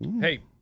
Hey